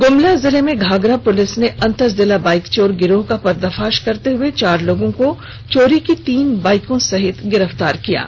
ग्मला जिले में घाघरा पुलिस ने अंतरजिला बाइक चोर गिरोह का पर्दाफाश करते हुए चार लोगों को चोरी की तीन बाइक सहित गिरफ्तार किया है